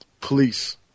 police